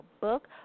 book